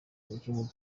umukinnyi